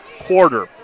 quarter